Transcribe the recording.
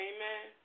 Amen